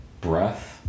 Breath